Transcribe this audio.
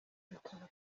bikaba